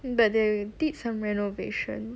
but they did some renovation